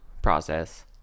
process